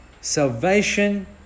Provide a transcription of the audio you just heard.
salvation